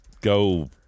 go